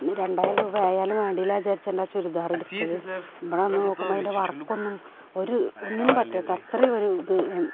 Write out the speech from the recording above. രണ്ടായിരം രൂപ ആയാലും വേണ്ടിയില്ല വിചാരിച്ചിട്ടാണ് ചുരിദാർ എടുത്തത് ഇവിടെ വന്ന് നോക്കുമ്പോൾ അതിന്റെ വര്ക്കൊന്നും ഒരു ഒന്നിനും പറ്റാത്ത അത്രയും ഒരു ഇത്